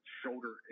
shoulder